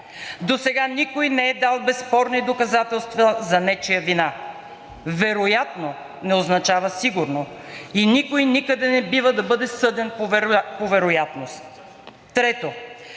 Досега никой не е дал безспорни доказателства за нечия вина. Вероятно не означава сигурно. Никой никъде не бива да бъде съден по вероятност. Трето,